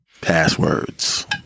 Passwords